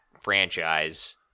franchise